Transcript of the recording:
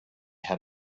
had